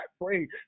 pray